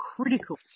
critical